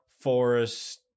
Forest